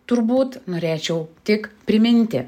turbūt norėčiau tik priminti